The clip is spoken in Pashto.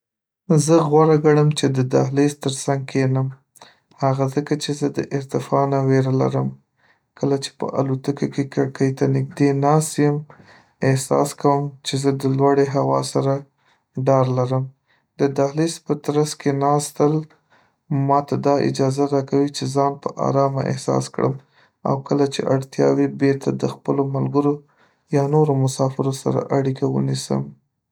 زه غوره ګڼم چې د دهلیز تر څنګ کښېنم، ځکه چې زه د ارتفاع نه ویره لرم. کله چې په الوتکه کې کړکۍ ته نږدې ناست یم، احساس کوم چې زه د لوړې هوا سره ډار لرم د دهلیز په ترڅ کې ناستل ماته دا اجازه راکوي چې ځان په آرامه احساس کړم او کله چې اړتیا وي بېرته د خپلو ملګرو یا نورو مسافرو سره اړیکه ونیسم.